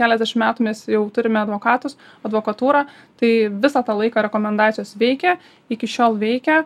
keliasdešim metų mes jau turime advokatus advokatūrą tai visą tą laiką rekomendacijos veikė iki šiol veikia